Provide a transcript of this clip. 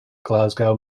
glasgow